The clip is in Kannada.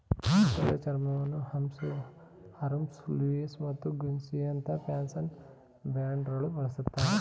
ಮೊಸಳೆ ಚರ್ಮವನ್ನು ಹರ್ಮ್ಸ್ ಲೂಯಿಸ್ ಹಾಗೂ ಗುಸ್ಸಿಯಂತ ಫ್ಯಾಷನ್ ಬ್ರ್ಯಾಂಡ್ಗಳು ಬಳುಸ್ತರೆ